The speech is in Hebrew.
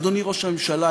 אדוני ראש הממשלה,